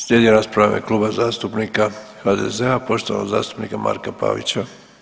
Slijedi rasprava Kluba zastupnika HDZ-a, poštovanog zastupnika Marka Pavića.